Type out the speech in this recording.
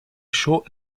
short